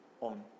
on